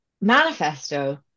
manifesto